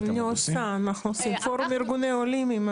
עושים פורום ארגוני עולים.